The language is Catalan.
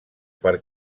per